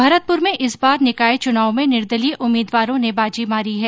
भरतपूर में इस बार निकाय चुनाव में निर्दलीय उम्मीदवारों ने बाजी मारी है